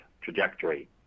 trajectory